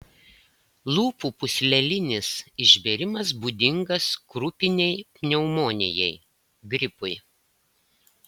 lūpų pūslelinis išbėrimas būdingas krupinei pneumonijai gripui